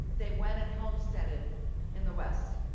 they went and homesteaded in the west.